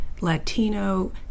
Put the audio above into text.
Latino